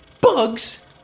Bugs